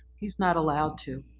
he's not allowed to,